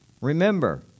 remember